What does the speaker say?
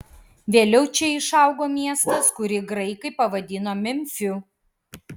vėliau čia išaugo miestas kurį graikai pavadino memfiu